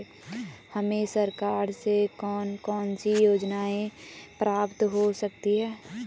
हमें सरकार से कौन कौनसी योजनाएँ प्राप्त हो सकती हैं?